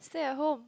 stay at home